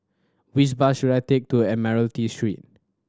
which bus should I take to Admiralty Street